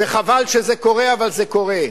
חבל שזה קורה, אבל זה קורה.